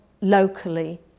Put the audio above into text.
locally